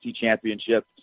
championship